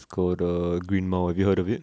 it's called the green mile have you heard of it